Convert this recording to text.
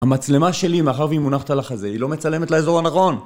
המצלמה שלי מאחר והיא מונחת על החזרה היא לא מצלמת לאזור הנכון